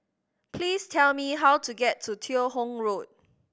please tell me how to get to Teo Hong Road